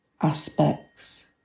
aspects